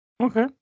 Okay